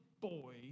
boy